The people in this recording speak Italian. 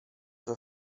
sua